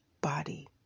body